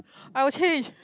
I will change